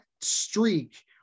streak